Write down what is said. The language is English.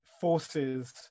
forces